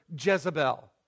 Jezebel